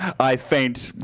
i faint,